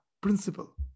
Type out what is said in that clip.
principle